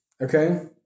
Okay